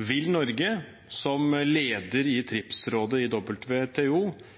Vil Norge, som leder i TRIPS-rådet i WTO,